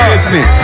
Listen